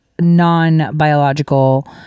non-biological